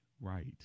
Right